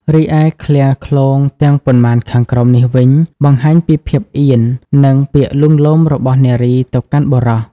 រីឯឃ្លាឃ្លោងទាំងប៉ុន្មានខាងក្រោមនេះវិញបង្ហាញពីភាពអៀន និងពាក្យលួងលោមរបស់នារីទៅកាន់បុរស។